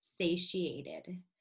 satiated